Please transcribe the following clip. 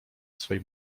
swej